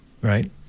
right